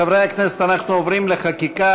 חברי הכנסת, אנחנו עוברים לחקיקה.